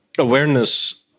Awareness